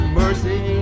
mercy